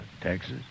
Texas